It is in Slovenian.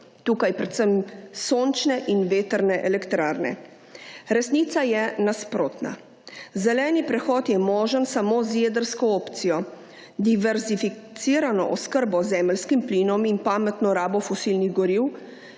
Tukaj predvsem sončne in vetrne elektrarne. Resnica je nasprotna. Zeleni prehod je možen samo z jedrsko opcijo. Diverzificirano oskrbo z zemeljskim plinom in pametno rabo fosilnih goriv,